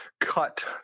cut